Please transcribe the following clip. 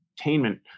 entertainment